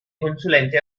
consulente